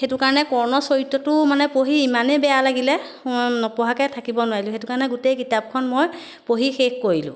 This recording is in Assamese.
সেইটো কাৰণে কৰ্ণ চৰিত্ৰটো মানে পঢ়ি ইমানেই বেয়া লাগিলে নপঢ়াকে থাকিব নোৱাৰিলোঁ সেইটো কাৰণে গোটেই কিতাপখন মই পঢ়ি শেষ কৰিলোঁ